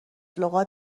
لغات